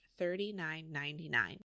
$39.99